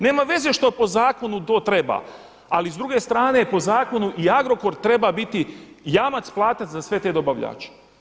Nema veze što po zakonu to treba, ali s druge strane po zakonu i Agrokor treba biti jamac … za sve te dobavljače.